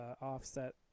offset